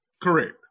Correct